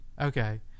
Okay